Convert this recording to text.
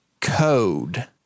Code